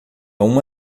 uma